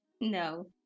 No